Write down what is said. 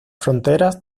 fronteras